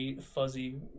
fuzzy